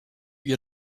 your